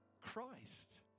christ